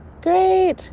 great